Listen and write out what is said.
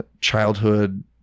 childhood